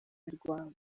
mirwano